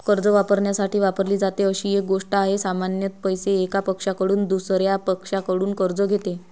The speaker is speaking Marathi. कर्ज वापरण्यासाठी वापरली जाते अशी एक गोष्ट आहे, सामान्यत पैसे, एका पक्षाकडून दुसर्या पक्षाकडून कर्ज घेते